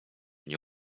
nie